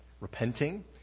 repenting